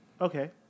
Okay